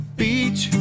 beach